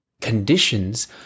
conditions